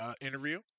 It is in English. interview